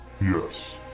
Yes